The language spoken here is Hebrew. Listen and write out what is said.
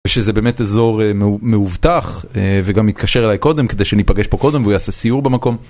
שזה באמת אזור מאובטח וגם התקשר אליי קודם כדי שניפגש פה קודם והוא יעשה סיור במקום.